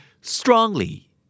strongly